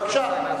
בבקשה.